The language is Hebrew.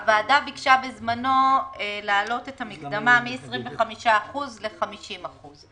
הוועדה ביקשה בזמנו להעלות את המקדמה מ-25% ל-50%.